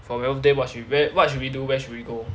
for my birthday what sh~ we wear what should we do where should we go